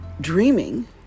dreaming